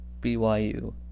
BYU